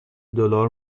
دلار